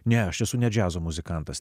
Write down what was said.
ne aš esu ne džiazo muzikantas